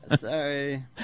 sorry